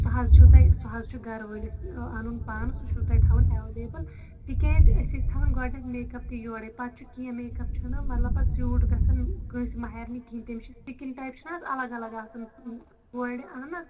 سُہ حظ چھُو تۄہہِ سُہ حظ چھُ گَرٕوٲلِس اَنُن پانہٕ سُہ چھُ تۄہہِ تھاوُن ایٚوَلیبٕل تہِ کیازِ أسۍ ٲسۍ تھاوَن گۄڈٕنٮ۪تھ میک اپ تہِ یوڑے پتہٕ چھُ کیٚنٛہہ میک اپ چھُنَہ مطلب پتہٕ سیوٗٹ گَژھان کٲنٛسہِ مَہرنہِ کیٚنٛہہ تٔمِس چھِ سِکِن ٹایپ چھِنَہ حظ الگ الگ آسان اہن حظ